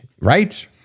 right